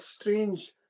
strange